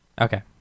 Okay